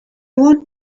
want